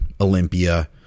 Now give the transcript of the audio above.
Olympia